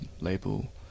label